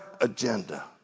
agenda